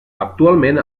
actualment